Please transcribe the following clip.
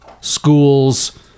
schools